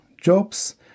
jobs